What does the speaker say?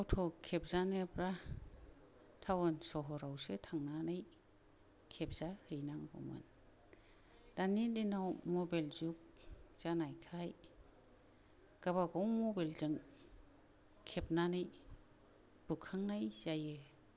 फट खेबजानोब्ला टाउन सहरावसो थांनानै खेबजाहैनांगौमोन दानि दिनआव मबेल जुग जानायखाय गाबागाव मबेलजों खेबनानै बुखांनाय जायो